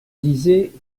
disait